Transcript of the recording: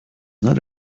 not